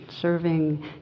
serving